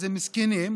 איזה מסכנים,